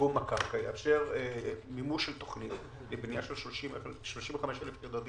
ושיקום הקרקע יאפשר מימוש של תוכניות לבנייה של 35,000 יחידות דיור,